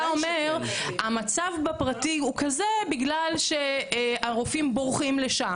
אתה אומר שהמצב בפרטי הוא כזה בגלל שהרופאים בורחים לשם